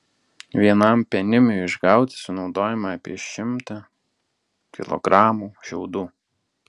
vienam penimiui išauginti sunaudojama apie šimtą kilogramų šiaudų